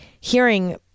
hearing